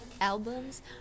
albums